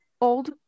old